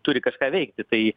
turi kažką veikti tai